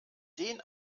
den